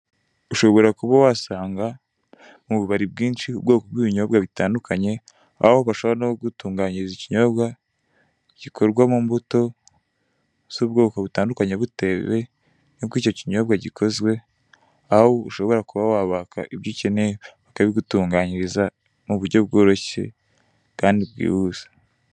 Ushobora kuba wasanga mu bubari bwinshi ubwoko bw'ibinyobwa bitandukanye, aho bashobora no kugutunganyiriza ikinyobwa gikorwa mu mbuto z'ubwoko butandukanye butewe n'uko icyo kinyobwa gikozwe. Aho ushobora kuba wabaka ibyo ukeneye bakabigutunganyiriza mu buryo bworoshye kandi bwihuse.